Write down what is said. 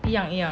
一样一样